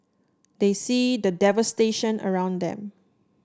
they see the devastation around them